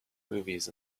movies